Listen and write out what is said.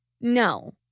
no